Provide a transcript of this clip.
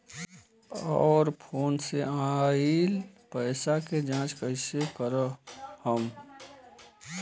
और फोन से आईल पैसा के जांच कैसे करब हम?